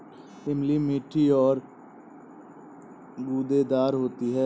इमली मीठी और गूदेदार होती है